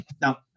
Now